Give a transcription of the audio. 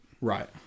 Right